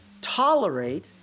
tolerate